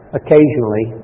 occasionally